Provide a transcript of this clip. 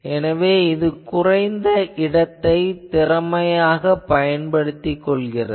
எனவே இது குறைந்த இடத்தைத் திறமையாகப் பயன்படுத்துகிறது